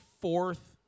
fourth